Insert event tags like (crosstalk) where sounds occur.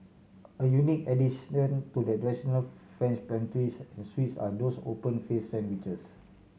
a unique addition to the (unintelligible) French pastries and sweets are those open faced sandwiches